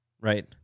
right